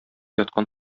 яткан